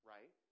Right